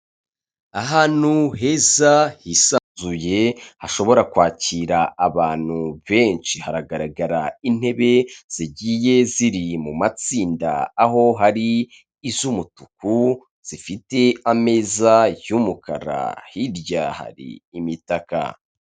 Ahantu heza hisanzuye hashobora kwakira abantu benshi haragaragara intebe zigiye ziri mu matsinda aho hari iz'umutuku zifite ameza y'umukara hirya hari imitaka.